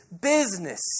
business